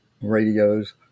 radios